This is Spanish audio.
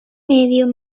medio